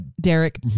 Derek